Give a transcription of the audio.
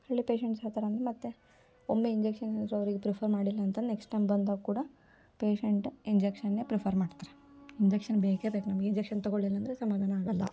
ಹಳ್ಳಿ ಪೇಶೆಂಟ್ಸ್ ಯಾವ ಥರ ಅಂದ್ರ್ ಮತ್ತೆ ಒಮ್ಮೆ ಇಂಜೆಕ್ಷನ್ ಅವ್ರಿಗೆ ಪ್ರಿಫರ್ ಮಾಡಿಲ್ಲಾಂತಂದ್ರ್ ನೆಕ್ಸ್ಟ್ ಟೈಮ್ ಬಂದಾಗ ಕೂಡ ಪೇಶೆಂಟ್ ಇಂಜೆಕ್ಷನ್ನೇ ಪ್ರಿಫರ್ ಮಾಡ್ತಾರೆ ಇಂಜೆಕ್ಷನ್ ಬೇಕೇ ಬೇಕು ನಮಗೆ ಇಂಜೆಕ್ಷನ್ ತೊಗೊಳ್ಲಿಲ್ಲ ಅಂದರೆ ಸಮಾಧಾನ ಆಗೋಲ್ಲ